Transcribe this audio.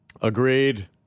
Agreed